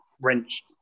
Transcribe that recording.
wrench